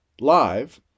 live